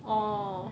orh